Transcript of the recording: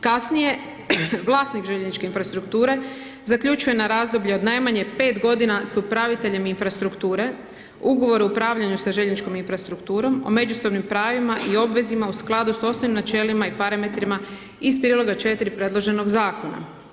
Kasnije, vlasnik željezničke infrastrukture zaključuje na razdoblje od najmanje 5 godina s upraviteljem infrastrukture ugovor o upravljanju sa željezničkom infrastrukturom o međusobnim pravila i obvezama u skladu s osnovnim načelima i parametrima iz priloga 4. predloženog zakona.